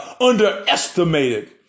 underestimated